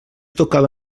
tocava